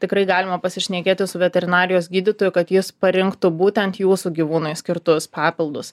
tikrai galima pasišnekėti su veterinarijos gydytoju kad jis parinktų būtent jūsų gyvūnui skirtus papildus